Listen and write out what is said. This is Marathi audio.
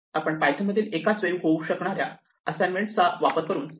आपण पायथन मधील एकाच वेळी होऊ शकणाऱ्या असाइनमेंट चा वापर करून सेल्फ